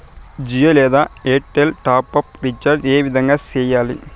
జియో లేదా Airtel top up recharge ఏ విధంగా సేయాలి